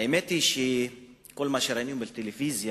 האמת היא שכל מה שראינו בטלוויזיה,